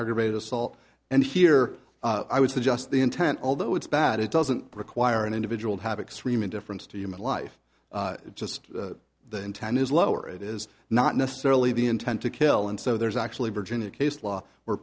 aggravated assault and here i would say just the intent although it's bad it doesn't require an individual to have extreme indifference to human life just the intent is lower it is not necessarily the intent to kill and so there's actually virginia case law where